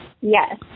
Yes